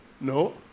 No